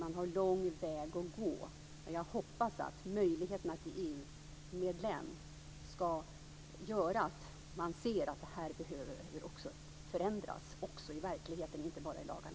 Man har alltså lång väg att gå, men jag hoppas att möjligheten att bli EU-medlem ska göra att man ser att detta behöver förändras också i verkligheten och inte bara i lagarna.